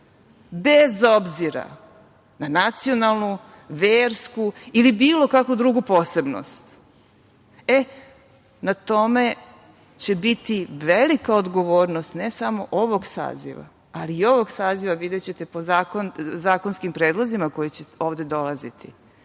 bez obzira na nacionalnu, versku, ili bilo kakvu drugu posebnost. Na tome će biti velika odgovornost, ne samo ovog saziva, ali i ovog saziva videćete po zakonskim predlozima koji će ovde dolaziti,